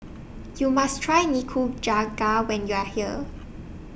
YOU must Try Nikujaga when YOU Are here